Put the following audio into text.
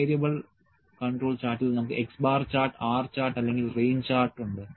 variable control ചാർട്ടിൽ നമുക്ക് X bar chart R chart അല്ലെങ്കിൽ റേഞ്ച് ചാർട്ട് ഉണ്ട്